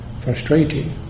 frustrating